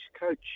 coach